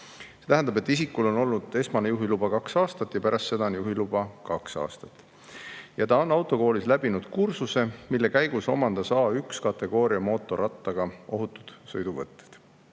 See tähendab, et isikul on olnud esmane juhiluba [vähemalt] kaks aastat ja pärast seda juhiluba [vähemalt] kaks aastat. Ja ta on autokoolis läbinud kursuse, mille käigus omandas A1-kategooria mootorrattaga ohutud sõiduvõtted. Eelnõu